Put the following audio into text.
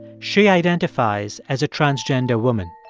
shay identifies as a transgender woman.